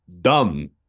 dumb